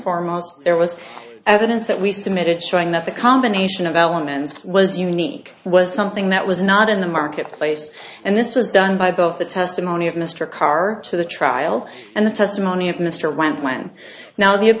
foremost there was evidence that we submitted showing that the combination of elements was unique was something that was not in the marketplace and this was done by both the testimony of mr karr to the trial and the testimony